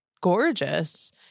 gorgeous